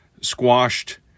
squashed